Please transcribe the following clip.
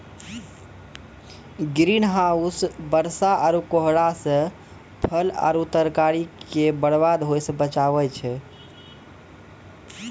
green house बरसा आरु कोहरा से फल आरु तरकारी के बरबाद होय से बचाबै छै